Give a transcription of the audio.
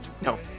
No